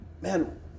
man